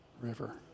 river